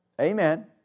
Amen